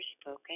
spoken